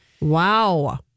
Wow